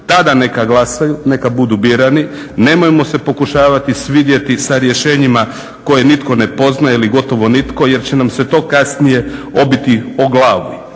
tada neka glasaju, neka budu birani, nemojmo se pokušavati svidjeti sa rješenjima koje nitko ne poznaje ili gotovo nitko jer će nam se to kasnije obiti u glavu,